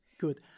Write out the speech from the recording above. good